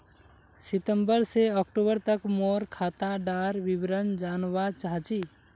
सितंबर से अक्टूबर तक मोर खाता डार विवरण जानवा चाहची?